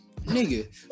Nigga